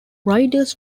riders